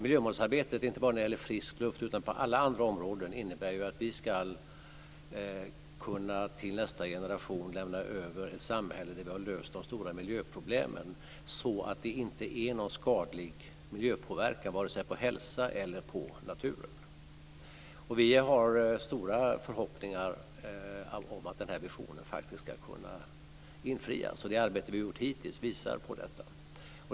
Miljömålsarbetet, inte bara när det gäller frisk luft utan på alla andra områden, innebär ju att vi till nästa generation ska kunna lämna över ett samhälle där vi har löst de stora miljöproblemen så att det inte sker någon skadlig miljöpåverkan på vare sig hälsan eller naturen. Vi har stora förhoppningar om att den här visionen faktiskt ska kunna infrias, och det arbete vi har gjort hittills visar på detta.